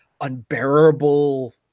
unbearable